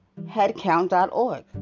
headcount.org